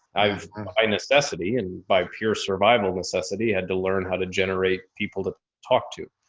i've by necessity and by pure survival necessity had to learn how to generate people to talk to.